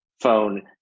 phone